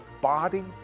Body